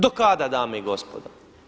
Do kada dame i gospodo?